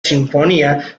sinfonía